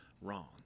wrong